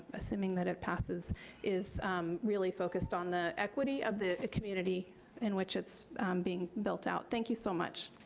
assuming that it passes is really focused on the equity of the community in which it's being built out. thank you so much.